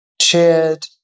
shared